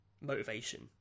motivation